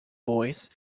voice